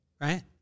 Right